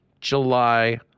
July